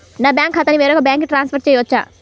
నా బ్యాంక్ ఖాతాని వేరొక బ్యాంక్కి ట్రాన్స్ఫర్ చేయొచ్చా?